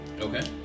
Okay